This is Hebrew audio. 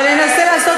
אבל אני אנסה לעשות,